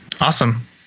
Awesome